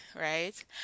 right